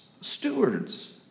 stewards